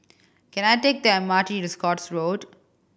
can I take the M R T to Scotts Road